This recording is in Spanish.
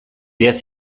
días